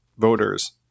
Voters